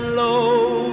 low